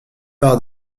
par